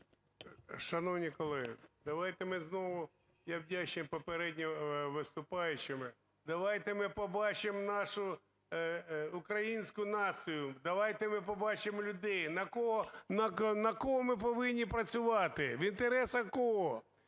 Шановні колеги, давайте ми знову, я вдячний попередньому виступаючому, давайте ми побачимо нашу українську націю, давайте ми побачимо людей. На кого, на кого ми повинні працювати, в інтересах кого?